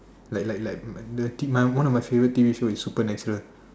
like like like the one of my favourite T_V show is supernatural